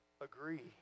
agree